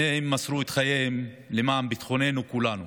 שניהם מסרו את חייהם למען ביטחוננו כולנו.